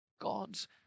God's